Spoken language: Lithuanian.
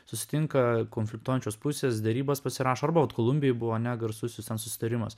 susitinka konfliktuojančios pusės derybas pasirašo arba vat kolumbijoj buvo ne garsusis ten susitarimas